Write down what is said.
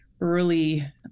early